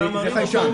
כמו הבייבי סנס,